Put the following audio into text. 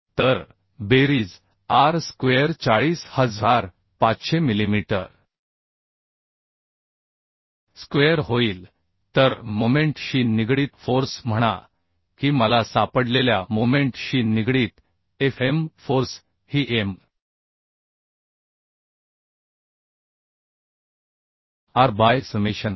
तर बेरीज r square 40500 millimetre square होईल तरमोमेंट शी निगडीत फोर्स म्हणा की मला सापडलेल्या मोमेंट शी निगडीत Fm फोर्स ही m r by summation r